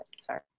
Sorry